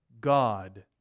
God